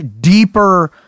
deeper